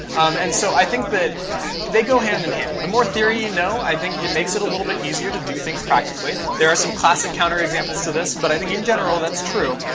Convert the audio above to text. and so i think that they go hand-in-hand. the more theory you know, i think it makes it a little bit easier to do things practically. there are some classic counterexamples to this, but i think in general, that's true.